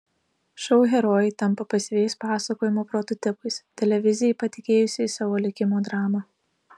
šou herojai tampa pasyviais pasakojimo prototipais televizijai patikėjusiais savo likimo dramą